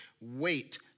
wait